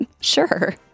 sure